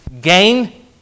gain